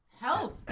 health